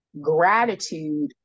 gratitude